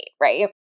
Right